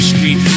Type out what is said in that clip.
Street